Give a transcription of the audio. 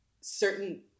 certain